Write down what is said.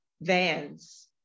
vans